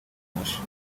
moshi